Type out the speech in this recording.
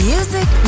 Music